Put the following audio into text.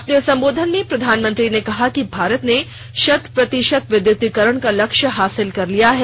अपने संबोधन में प्रधानमंत्री ने कहा कि भारत ने शत प्रतिशत विदयतीकरण का लक्ष्य हासिल कर लिया है